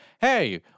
hey